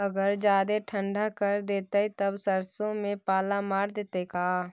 अगर जादे ठंडा कर देतै तब सरसों में पाला मार देतै का?